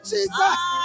Jesus